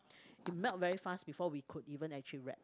it melt very fast before we could even actually wrap